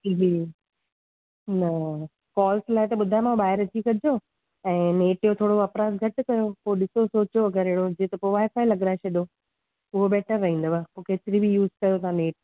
जी न कॉल्स लाइ त ॿुधाइमाव बाहिरि अची कजो ऐं नेट जो थोरो वपराश घटि कयो पोइ ॾिसो सोचो अगरि अहिड़ो हुजे त वाइ फाइ लगाए छॾियो उहो बेटर रहंदव केतिरी बि यूज़ कयो तव्हां नेट